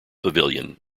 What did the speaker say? pavilion